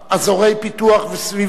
אזורי פיתוח וסביבה,